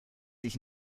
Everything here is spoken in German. dich